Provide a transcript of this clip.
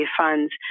funds